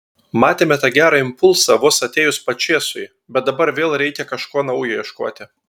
matėme tą gerą impulsą vos atėjus pačėsui bet dabar vėl reikia kažko naujo ieškoti